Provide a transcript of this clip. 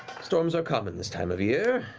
storms are common this time of year,